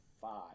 five